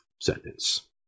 sentence